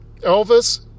Elvis